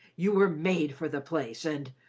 you were made for the place, and,